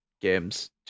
games